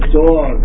dog